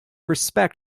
respect